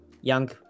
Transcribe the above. young